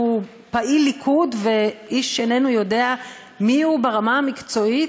פעיל ליכוד ושאיש איננו יודע מיהו ברמה המקצועית.